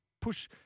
push